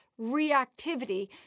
reactivity